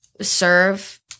serve